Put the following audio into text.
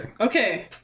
okay